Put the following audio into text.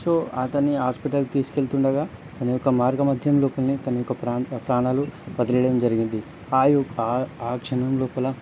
so అతని hospital తీసుకెళ్తుండగా తన యొక్క మార్గమధ్యం లోపలనే తన యొక్క ప్రా ప్రాణాలు వదిలేయడం జరిగింది ఆయు ఆ క్షణం లోపల